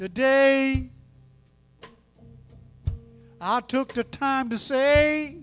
the day i took the time to say